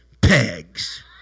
pegs